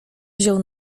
wziął